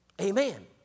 Amen